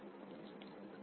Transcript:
Thank you